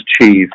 achieve